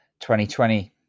2020